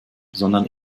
sondern